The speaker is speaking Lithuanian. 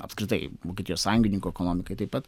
apskritai vokietijos sąjungininkų ekonomikai taip pat